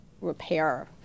repair